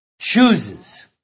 chooses